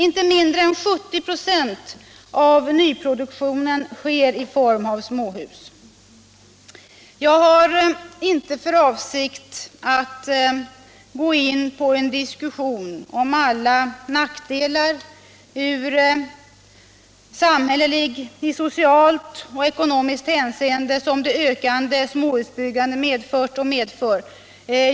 Inte mindre än 70 96 av nyproduktionen sker i form av småhus. Jag har inte för avsikt att gå in på en diskussion om alla nackdelar från samhällelig synpunkt, i socialt och ekonomiskt hänseende, som det ökande småhusbyggandet medfört och medför.